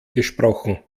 gesprochen